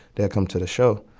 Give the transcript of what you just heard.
they'd come to the show.